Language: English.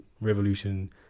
revolution